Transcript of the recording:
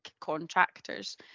contractors